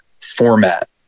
format